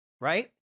Right